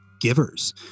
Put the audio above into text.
givers